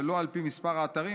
ולא על פי מספר האתרים,